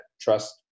trust